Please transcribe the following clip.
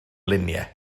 luniau